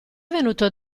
venuto